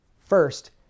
First